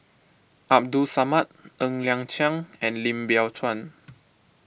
Abdul Samad Ng Liang Chiang and Lim Biow Chuan